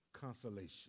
consolation